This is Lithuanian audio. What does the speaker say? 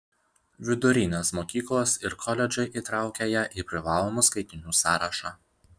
vidurinės mokyklos ir koledžai įtraukia ją į privalomų skaitinių sąrašą